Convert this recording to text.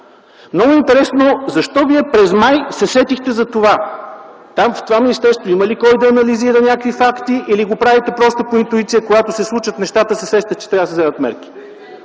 Много интересно защо Вие през м. май се сетихте за това? (Реплики от ГЕРБ.) В това министерство има ли кой да анализира някакви факти или го правите просто по интуиция, когато се случат нещата, се сещате, че трябва да се вземат мерки?